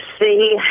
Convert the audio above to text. see